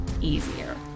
easier